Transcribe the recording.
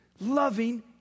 loving